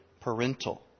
parental